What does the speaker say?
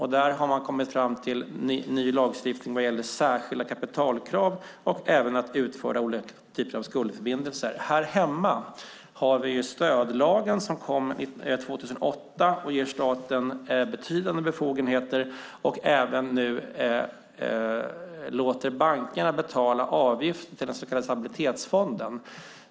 Man har kommit fram till en ny lagstiftning när det gäller särskilda kapitalkrav och utformning av olika typer av skuldförbindelser. I Sverige har vi stödlagen som kom 2008. Den ger staten betydande befogenheter och låter bankerna betala avgifterna - den så kallade stabilitetsfonden.